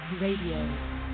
Radio